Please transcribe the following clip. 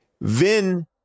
Vin